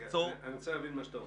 רגע, אני רוצה להבין מה שאתה אומר.